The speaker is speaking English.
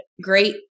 great